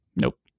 Nope